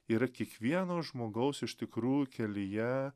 yra kiekvieno žmogaus iš tikrų kelyje